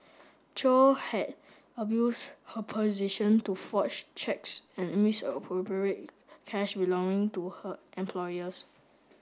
chow had abused her position to forge cheques and misappropriate cash belonging to her employers